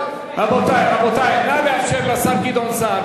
רבותי, רבותי, נא לאפשר לשר גדעון סער.